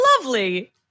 lovely